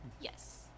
Yes